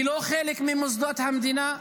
היא לא חלק ממוסדות המדינה?